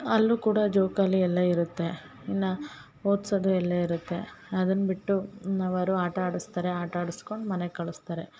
ಅಲ್ಲೂ ಕೂಡ ಜೋಕಾಲಿ ಎಲ್ಲ ಇರುತ್ತೆ ಇನ್ನ ಓದ್ಸದು ಎಲ್ಲಾ ಇರುತ್ತೆ ಅದನ್ನ ಬಿಟ್ಟು ಒನ್ ಅವರು ಆಟ ಆಡಿಸ್ತಾರೆ ಆಟ ಆಡಸ್ಕೊಂಡು ಮನೆಗೆ ಕಳ್ಸ್ತಾರೆ